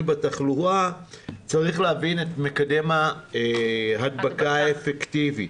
בתחלואה צריך להבין את מקדם ההדבקה הפיקטיבי.